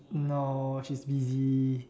no she's busy